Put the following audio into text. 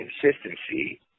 consistency